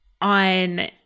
on